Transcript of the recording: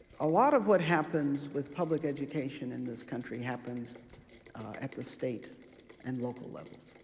a lot of what happens with public education in this country happens at the state and local levels.